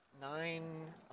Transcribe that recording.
nine